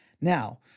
Now